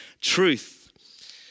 truth